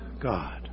God